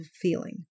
feeling